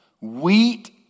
Wheat